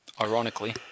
ironically